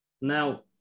Now